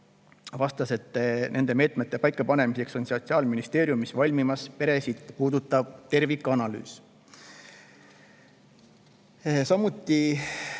vastas, et nende meetmete paikapanemiseks on Sotsiaalministeeriumis valmimas peresid puudutav tervikanalüüs. Samuti